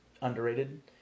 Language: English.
underrated